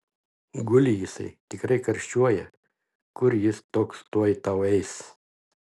guli jisai tikrai karščiuoja kur jis toks tuoj tau eis